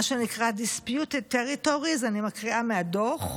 מה שנקרא disputed territories, אני מקריאה מהדוח.